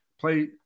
play